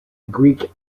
greek